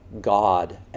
God